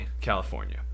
California